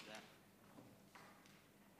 להלן תרגומם: